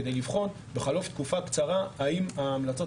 כדי לבחון בחלוף תקופה קצרה האם ההמלצות